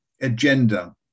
agenda